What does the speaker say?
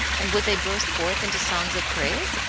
and would they burst forth into songs of praise?